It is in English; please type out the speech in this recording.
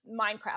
Minecraft